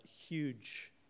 huge